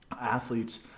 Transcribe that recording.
athletes